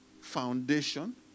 foundation